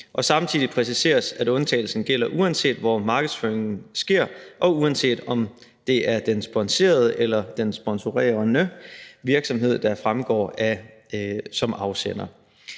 samtidig præciseres det, at undtagelsen gælder, uanset hvor markedsføringen sker, og uanset om det er den sponserede eller den sponserende virksomhed, der fremgår som afsender.